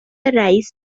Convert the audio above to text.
رئیس